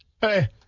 Hey